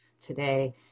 today